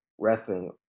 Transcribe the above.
Wrestling